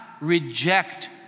reject